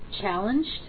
challenged